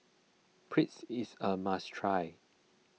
Pretzel is a must try